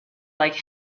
like